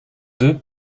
deux